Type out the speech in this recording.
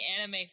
anime